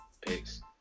Peace